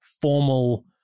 formal